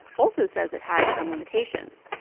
also says it has some limitations.